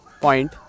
point